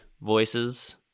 voices